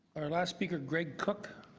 last speaker, greg cook.